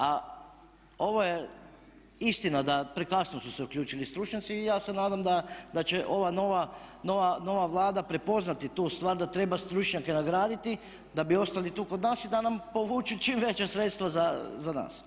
A ovo je istina da prekasno su se uključili stručnjaci i ja se nadam da će ova nova Vlada prepoznati tu stvar da treba stručnjake nagraditi da bi ostali tu kod nas i da nam povuku čim veća sredstva za nas.